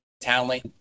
Townley